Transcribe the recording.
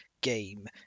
game